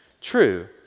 true